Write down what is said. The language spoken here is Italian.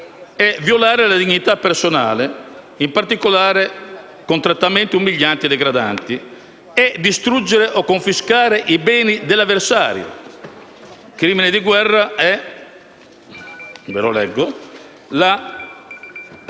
violare la dignità personale, in particolare con trattamenti umilianti e degradanti, e distruggere o confiscare i beni dell'avversario. Il crimine di guerra è la